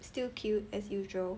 still cute as usual